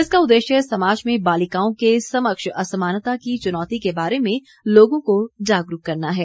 इसका उद्देश्य समाज में बालिकाओं के समक्ष असमानता की चुनौती के बारे में लोगों को जागरूक करना है